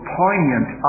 poignant